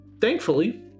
Thankfully